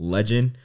Legend